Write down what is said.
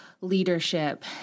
leadership